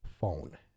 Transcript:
phone